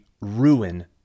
ruin